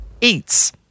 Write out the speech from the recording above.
eats